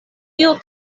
tio